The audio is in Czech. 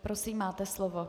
Prosím, máte slovo.